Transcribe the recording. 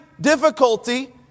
difficulty